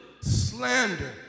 slander